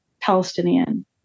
Palestinian